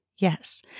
Yes